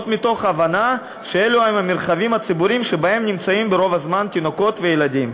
מתוך הבנה שאלו המרחבים הציבוריים שבהם נמצאים תינוקות וילדים